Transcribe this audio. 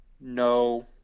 No